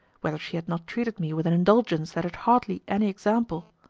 whether she had not treated me with an indulgence that had hardly any example?